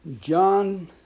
John